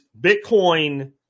Bitcoin